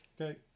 Okay